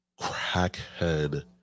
crackhead